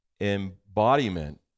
embodiment